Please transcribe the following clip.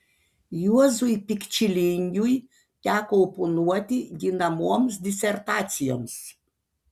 juozui pikčilingiui teko oponuoti ginamoms disertacijoms